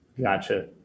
Gotcha